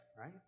right